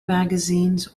magazines